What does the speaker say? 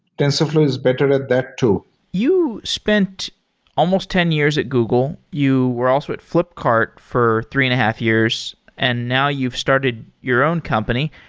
tensorflow is better at that too you spent almost ten years at google. you were also at flipkart for three and a half years. and now you've started your own company,